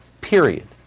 period